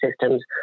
systems